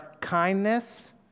kindness